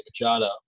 Machado